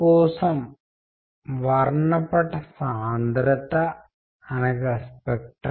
మనము దీనిని ఎప్పటికప్పుడు చర్చా వేదికలో ప్రకటిస్తూ ఉంటాము